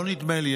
לא נדמה לי,